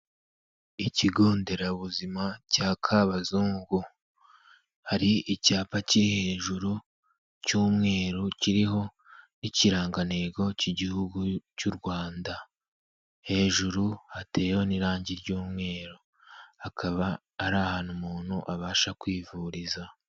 Ikigo nderabuzima cya Kabazungu hari icyapa kiri hejuru cy'umweru kiriho n'ikirangantego cy'igihugu cy'u Rwanda hejuru hateyeho n'irange ry'umweru hakaba ari ahantu umuntu abasha kwivuriza.